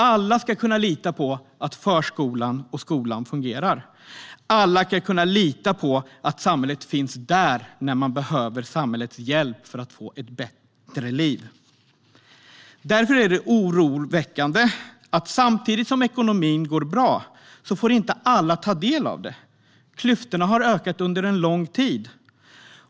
Alla ska kunna lita på att förskola och skola fungerar. Alla ska kunna lita på att samhället finns där när de behöver samhällets hjälp för att få ett bättre liv. Det är oroväckande att ekonomin går bra men att inte alla får ta del av det. Klyftorna har ökat under lång tid.